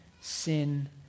sin